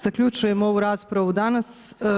Zaključujem ovu raspravu danas.